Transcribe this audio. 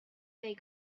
they